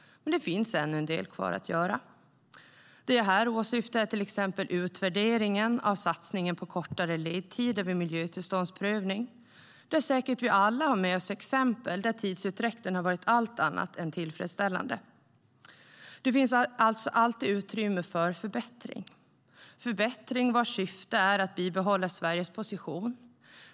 Men det finns ännu en del kvar att göra, till exempel utvärderingen av satsningen på kortare ledtider vid miljötillståndsprövning. Vi har säkert alla med oss exempel där tidsutdräkten har varit allt annat än tillfredsställande. Det finns alltså alltid utrymme för förbättring. Syftet med förbättringen är att bibehålla Sveriges position.